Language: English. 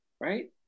Right